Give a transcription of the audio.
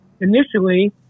initially